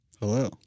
Hello